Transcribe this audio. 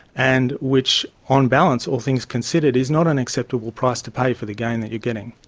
and which, on balance, all things considered, is not an acceptable price to pay for the gain that you are getting.